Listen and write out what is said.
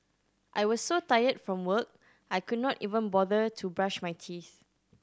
I was so tired from work I could not even bother to brush my teeth